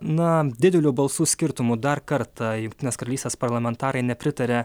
na dideliu balsų skirtumu dar kartą jungtinės karalystės parlamentarai nepritarė